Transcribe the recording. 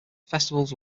festivals